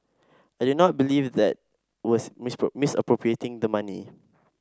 I did not believe that was misappropriating the money